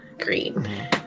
green